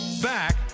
Back